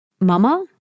mama